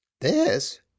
This